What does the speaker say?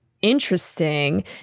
interesting